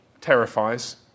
terrifies